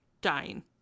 dying